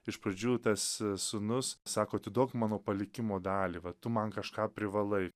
iš pradžių tas sūnus sako atiduok mano palikimo dalį va tu man kažką privalai